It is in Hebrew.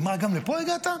היא אמרה: גם לפה הגעת?